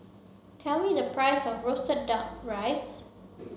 tell me the price of roasted duck rice